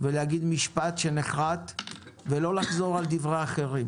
להגיד משפט שנחרת ולא לחזור על דברי אחרים,